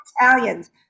italians